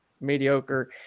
mediocre